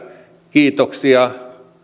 kiitoksia